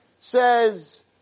says